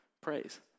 praise